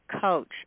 coach